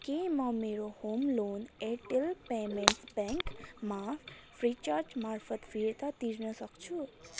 के म मेरो होम लोन एयरटेल पेमेन्ट्स ब्याङ्कमा फ्रिचार्ज मार्फत फिर्ता तिर्न सक्छु